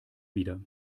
wieder